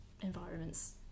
environments